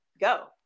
go